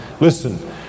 Listen